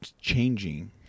changing